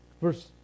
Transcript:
Verse